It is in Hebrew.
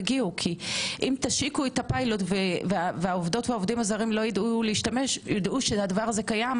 כי אם תשיקו את הפילוט והעובדות והעובדים הזרים לא יידעו שזה קיים,